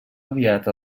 aviat